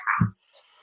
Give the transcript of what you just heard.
past